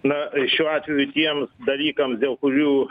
na šiuo atveju tiems dalykams dėl kurių